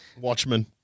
Watchmen